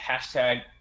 hashtag